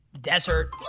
desert